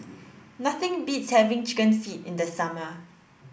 nothing beats having chicken feet in the summer